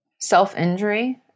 Self-injury